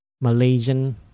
malaysian